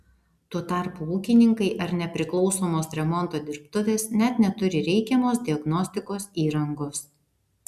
tuo tarpu ūkininkai ar nepriklausomos remonto dirbtuvės net neturi reikiamos diagnostikos įrangos